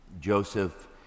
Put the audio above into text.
Joseph